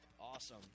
Awesome